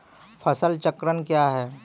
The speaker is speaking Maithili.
फसल चक्रण कया हैं?